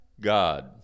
God